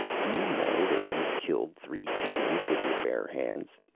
do you know that you killed three demons with your bare hands,